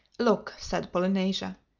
look, said polynesia,